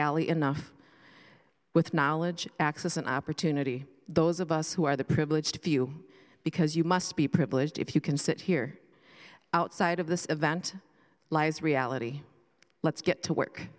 alley enough with knowledge access and opportunity those of us who are the privileged few because you must be privileged if you can sit here outside of this event lies reality let's get to work